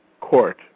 court